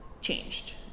changed